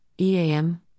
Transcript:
eam